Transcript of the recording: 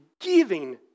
giving